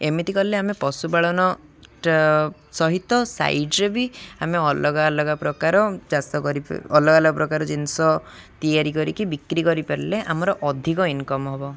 ଏମିତି କଲେ ଆମେ ପଶୁପାଳନ ସହିତ ସାଇଡ଼୍ରେ ବି ଆମେ ଅଲଗା ଅଲଗା ପ୍ରକାର ଚାଷ କରି ଅଲଗା ଅଲଗା ପ୍ରକାର ଜିନିଷ ତିଆରି କରିକି ବିକ୍ରି କରିପାରିଲେ ଆମର ଅଧିକ ଇନକମ୍ ହବ